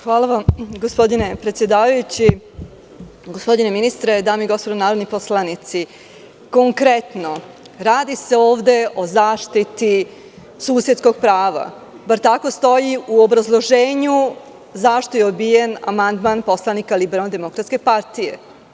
Hvala vam gospodine predsedavajući, gospodine ministre, dame i gospodo narodni poslanici, konkretno, radi se ovde o zaštiti susedskog prava, bar tako stoji u obrazloženju zašto je odbijen amandman poslanika LDP.